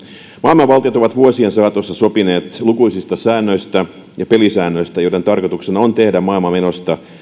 maailman valtiot ovat vuosien saatossa sopineet lukuisista säännöistä ja pelisäännöistä joiden tarkoituksena on tehdä maailmanmenosta